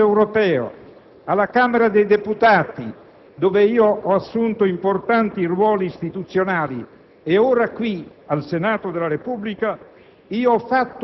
al Parlamento europeo, alla Camera dei deputati (dove ho assunto importanti ruoli istituzionali) e ora qui, al Senato della Repubblica,